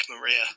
Maria